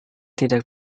tidak